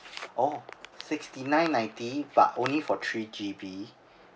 oh sixty-nine ninety but only for three G_B